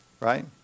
Right